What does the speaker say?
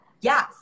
Yes